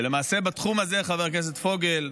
ולמעשה, חבר הכנסת פוגל,